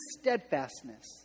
steadfastness